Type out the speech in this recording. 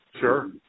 Sure